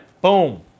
Boom